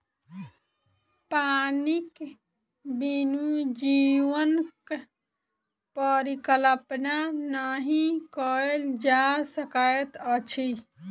पानिक बिनु जीवनक परिकल्पना नहि कयल जा सकैत अछि